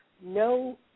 no